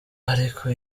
ariko